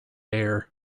air